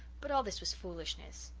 but all this was foolishness.